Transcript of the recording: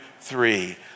three